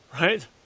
Right